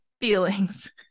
feelings